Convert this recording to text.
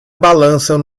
balançam